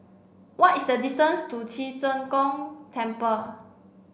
what is the distance to Ci Zheng Gong Temple